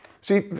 See